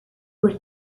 would